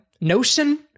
Notion